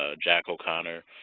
ah jack o'connor,